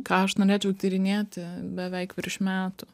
ką aš norėčiau tyrinėti beveik virš metų